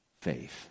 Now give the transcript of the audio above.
faith